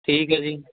ਠੀਕ ਹੈ ਜੀ